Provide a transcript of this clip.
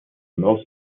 most